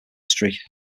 history